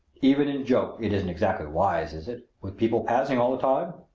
even in joke it isn't exactly wise, is it, with people passing all the time?